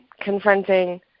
confronting